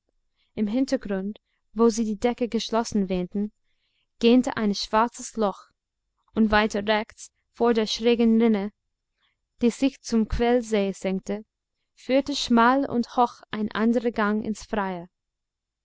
im hintergrund wo sie die decke geschlossen wähnten gähnte ein schwarzes loch und weiter rechts vor der schrägen rinne die sich zum quellsee senkte führte schmal und hoch ein anderer gang ins freie